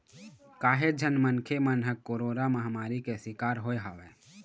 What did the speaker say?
काहेच झन मनखे मन ह कोरोरा महामारी के सिकार होय हवय